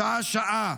שעה-שעה,